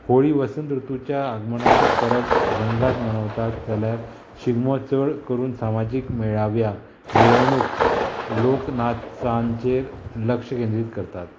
होळी वसंत ऋतुच्या आगमनाची परब रंगात मनवतात जाल्यार शिगमो चड करून सामाजीक मेळाव्या मिरवणूक लोकनाचांचेर लक्ष केंद्रीत करतात